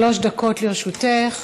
שלוש דקות לרשותך.